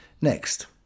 Next